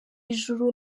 ijuru